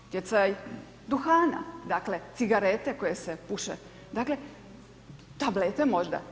Utjecaj duhana, dakle, cigarete koje se puše, dakle, tablete možda.